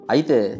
Aite